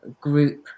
group